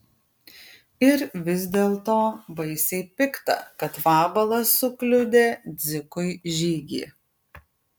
ir vis dėlto baisiai pikta kad vabalas sukliudė dzikui žygį